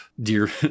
dear